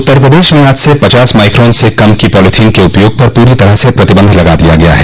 उत्तर प्रदेश में आज से पचास माइकान से कम की पॉलिथीन के उपयोग पर पूरी तरह से प्रतिबंध लगा दिया गया है